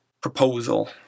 proposal